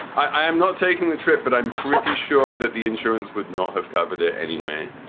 i am not taking the trip, but i'm pretty sure that the insurance would not have covered it anyway.